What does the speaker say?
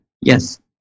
yes